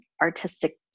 artistic